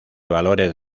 valores